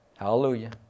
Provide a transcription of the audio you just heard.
Hallelujah